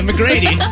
McGrady